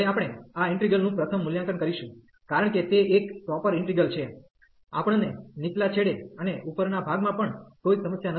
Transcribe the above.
હવે આપણે આ ઈન્ટિગ્રલ નું પ્રથમ મૂલ્યાંકન કરીશું કારણ કે તે એક પ્રોપર ઈન્ટિગ્રલ છે આપણ ને નીચલા છેડે અને ઉપરના ભાગમાં પણ કોઈ સમસ્યા નથી